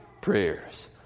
prayers